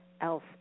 else